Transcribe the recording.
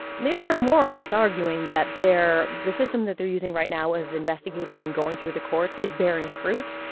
leaders are more or less arguing that the system that they're using right now and of investigating and going through the courts is bearing fruit.